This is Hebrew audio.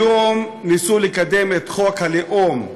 היום ניסו לקדם את חוק הלאום.